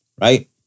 right